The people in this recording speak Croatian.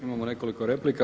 Imamo nekoliko replika.